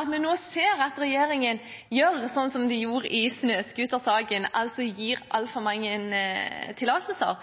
at vi ser at regjeringen gjør som man gjorde i snøscootersaken, altså gir altfor mange tillatelser,